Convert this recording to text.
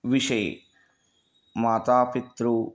विषये मातापित्रु